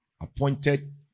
Appointed